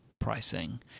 pricing